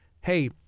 hey